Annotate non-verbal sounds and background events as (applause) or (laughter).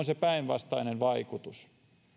(unintelligible) se päinvastainen vaikutus